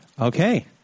Okay